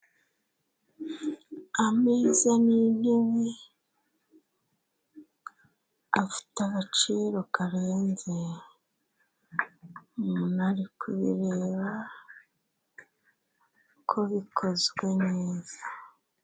Ameza n'intebe afite agaciro karenze. Umuntu ari kubireba ko bikozwe neza.